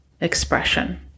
expression